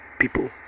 people